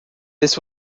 this